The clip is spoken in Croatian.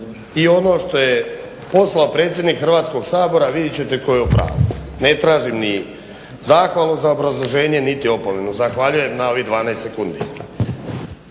i ono što je poslao predsjednik Hrvatskog sabora vidjet ćete tko je u pravu. Ne tražim ni zahvalu za obrazloženje niti opomenu. Zahvaljujem na ovih 12 sekundi.